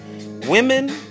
Women